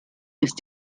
ist